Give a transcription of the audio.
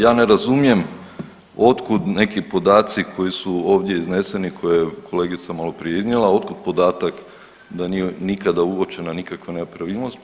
Ja ne razumijem od kud neki podaci koji su ovdje izneseni koje je kolegica maloprije iznijela, od kud podatak da nije nikada uočena nikakva nepravilnost.